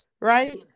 right